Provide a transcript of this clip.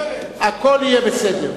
הכול יהיה בסדר.